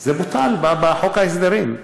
זה בוטל בחוק ההסדרים.